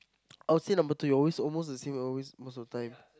I would say number three always almost the same always most of time